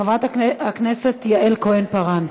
חברת הכנסת יעל כהן-פארן,